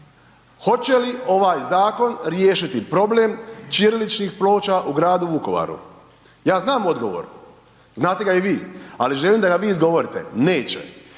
Hoće li ovaj zakon riješiti problem ćiriličnih ploča u gradu Vukovaru? Ja znam odgovor, znate ga i vi, ali želim da ga vi izgovorite. Neće.